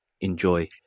enjoy